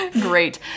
Great